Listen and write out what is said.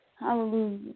Hallelujah